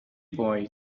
boy